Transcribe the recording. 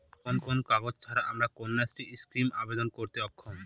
কোন কোন কাগজ ছাড়া আমি কন্যাশ্রী স্কিমে আবেদন করতে অক্ষম?